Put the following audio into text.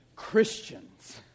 Christians